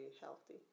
healthy